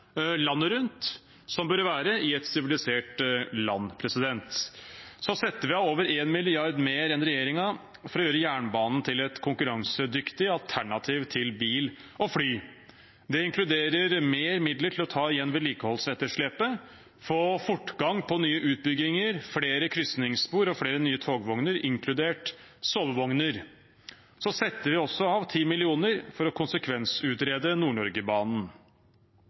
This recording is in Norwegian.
landet rundt. Sånn bør det være i et sivilisert land. Vi setter av over 1 mrd. kr mer enn regjeringen for å gjøre jernbanen til et konkurransedyktig alternativ til bil og fly. Det inkluderer mer midler til å ta igjen vedlikeholdsetterslepet, få fortgang på nye utbygginger, flere krysningsspor og flere nye togvogner, inkludert sovevogner. Vi setter også av 10 mill. kr for å konsekvensutrede